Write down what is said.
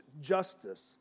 justice